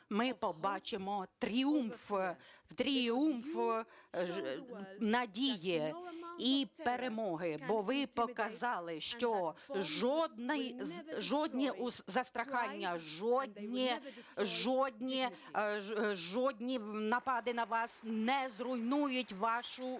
ми побачимо тріумф надії і перемоги, бо ви показали, що жодні залякування, жодні напади на вас не зруйнують вашу гідність.